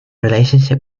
relationship